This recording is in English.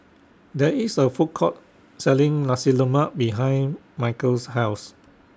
There IS A Food Court Selling Nasi Lemak behind Michale's House